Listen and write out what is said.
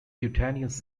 cutaneous